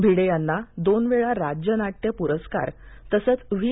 भिडे यांना दोन वेळा राज्य नाट्य प्रस्कार तसंच व्ही